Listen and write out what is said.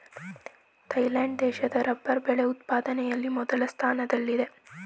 Thailand ದೇಶ rubber ಬೆಳೆ ಉತ್ಪಾದನೆಯಲ್ಲಿ ಮೊದಲ ಸ್ಥಾನದಲ್ಲಿದೆ